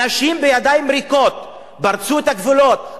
אנשים פרצו בידיים ריקות את הגבולות,